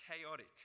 chaotic